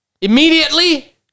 immediately